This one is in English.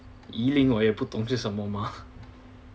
yilin 我也不懂是什么嘛